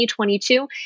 2022